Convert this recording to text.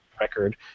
record